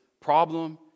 problem